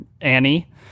Annie